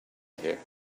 here